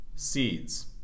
seeds